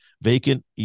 vacant